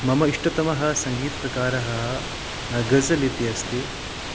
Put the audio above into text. मम इष्टतमः सङ्गीतप्रकारः गज़ल् इति अस्ति